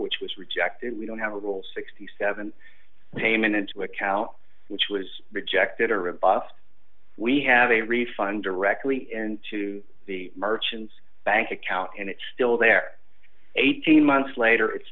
which was rejected we don't have a rule sixty seven payment into account which was rejected or rebuffed we have a refund directly into the merchant's bank account and it's still there eighteen months later it's